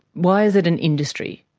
why is it an industry?